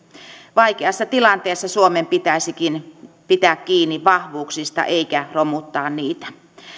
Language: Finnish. vaikeassa tilanteessa suomen pitäisikin pitää kiinni vahvuuksista eikä romuttaa niitä